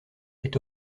est